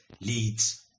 leads